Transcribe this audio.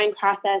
process